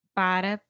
para